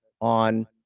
on